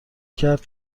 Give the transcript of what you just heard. کرد